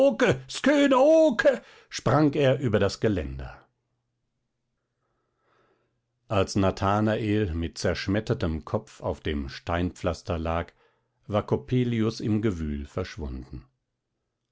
sprang er über das geländer als nathanael mit zerschmettertem kopf auf dem steinpflaster lag war coppelius im gewühl verschwunden